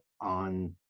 on